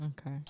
Okay